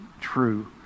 true